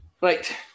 Right